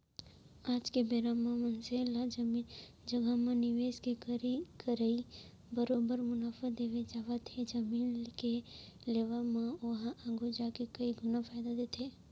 आज के बेरा म मनसे ला जमीन जघा म निवेस के करई बरोबर मुनाफा देके जावत हे जमीन के लेवब म ओहा आघु जाके कई गुना फायदा देथे